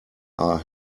are